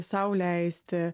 sau leisti